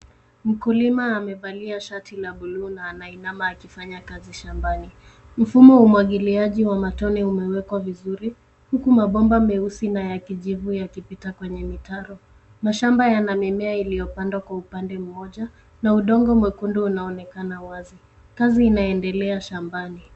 Mkulima amevalia shati la buluu na anainama akifanya kazi shambani. Mfumo wa umwagiliaji wa matone umewekwa vizuri, huku mabomba meusi na ya kijivu yakipita kwenye mitaro. Mashamba yana mimea iliyopandwa kwa upande mmoja, na udongo mwekundu unaonekana wazi. Kazi inaendelea shambani.